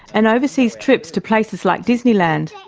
and overseas trips to places like disneyland.